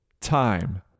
time